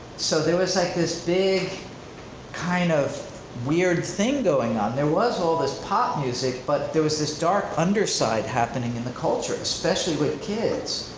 so there was like this big kind of weird thing going on. there was all this pop music, but there was this dark underside happening in the culture, especially with kids.